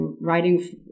writing